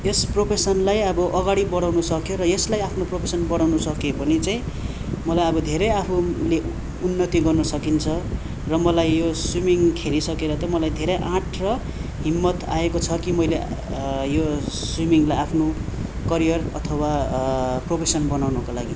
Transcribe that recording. यस प्रोफेसनलाई अब अगाडि बढाउनु सक्यो र यसलाई आफ्नो प्रोफेसन बनाउनु सकियो भने चाहिँ मलाई अब धेरै आफूले उन्नति गर्न सकिन्छ र मलाई यो स्विमिङ खेलिसकेर चाहिँ धेरै आँट र हिम्मत आएको छ कि मैले यो स्वीमिङलाई आफ्नो करियर अथवा प्रोफेसन बनाउनको लागि